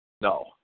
No